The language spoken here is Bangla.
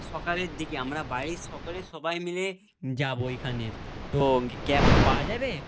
সকালের দিকে আমরা বাড়ির সকলে সবাই মিলে যাব ওইখানে তো ক্যাব পাওয়া যাবে